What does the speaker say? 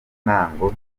intango